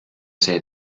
see